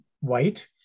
White